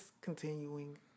continuing